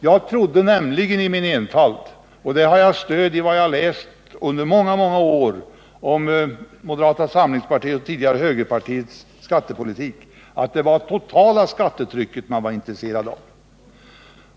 Jag trodde nämligen i min enfald — och det har jag stöd för i vad jag läst under många, många år om moderata samlingspartiets och tidigare högerpartiets skattepolitik — att det var det rorala skattetrycket man var intresserad av.